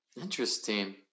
Interesting